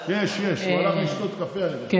יש, יש, הוא הלך לשתות קפה, אני